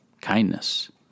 kindness